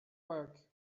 work